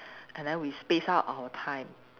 and then we spaced out our time